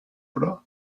pro